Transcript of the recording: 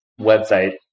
website